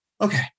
Okay